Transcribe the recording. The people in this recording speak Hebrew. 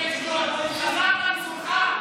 אדוני היושב-ראש,